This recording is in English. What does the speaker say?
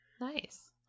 Nice